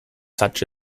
such